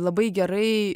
labai gerai